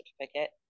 certificate